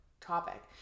topic